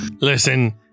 Listen